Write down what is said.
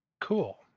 Cool